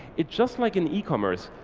it's just like an ecommerce.